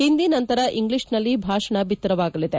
ಹಿಂದಿ ನಂತರ ಇಂಗ್ಲಿಷ್ನಲ್ಲಿ ಭಾಷಣ ಬಿತ್ತರವಾಗಲಿದೆ